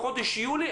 בחודש יולי,